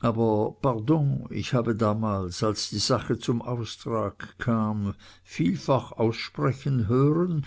aber pardon ich habe damals als die sache zum austrag kam vielfach aussprechen hören